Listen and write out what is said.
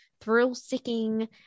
thrill-seeking